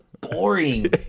boring